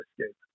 escape